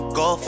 go